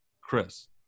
Chris